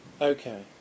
Okay